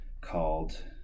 called